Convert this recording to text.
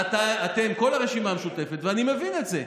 אתם, כל הרשימה המשותפת, ואני מבין את זה,